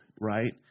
right